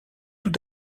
tout